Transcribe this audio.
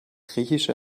griechische